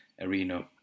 arena